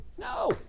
No